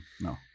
no